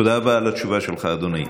תודה רבה על התשובה שלך, אדוני.